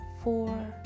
four